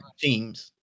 teams